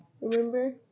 Remember